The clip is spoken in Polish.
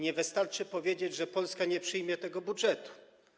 Nie wystarczy powiedzieć, że Polska nie przyjmie tego budżetu.